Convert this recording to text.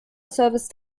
service